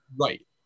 right